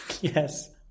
Yes